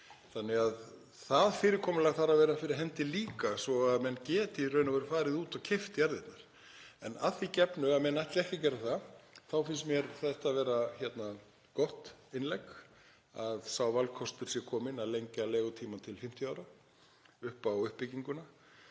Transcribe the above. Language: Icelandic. Það fyrirkomulag þarf að vera fyrir hendi líka svo menn geti í raun og veru farið og keypt jarðirnar. En að því gefnu að menn ætli ekki að gera það þá finnst mér það vera gott innlegg að sá valkostur sé kominn að lengja leigutímann til 50 ára, upp á uppbygginguna,